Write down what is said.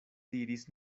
diris